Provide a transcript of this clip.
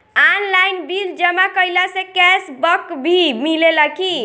Online bill जमा कईला से कैश बक भी मिलेला की?